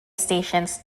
stations